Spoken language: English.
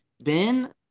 Ben